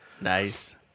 Nice